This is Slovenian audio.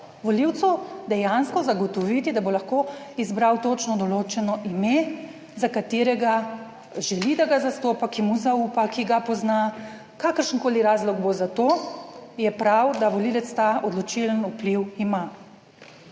volivcu dejansko zagotoviti, da bo lahko izbral točno določeno ime za katerega želi, da ga zastopa, ki mu zaupa, ki ga pozna, kakršenkoli razlog bo za to, je prav, da volivec ta odločilen vpliv ima.